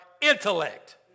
intellect